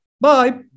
Bye